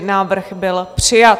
Návrh byl přijat.